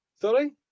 Sorry